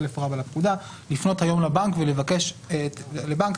לפנות היום לבנק ולבקש מהבנק,